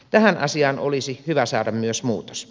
tähän asiaan olisi hyvä saada myös muutos